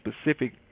specific